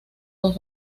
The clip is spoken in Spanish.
dos